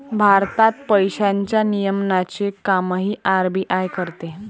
भारतात पैशांच्या नियमनाचे कामही आर.बी.आय करते